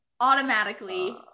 automatically